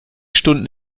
stunden